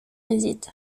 réside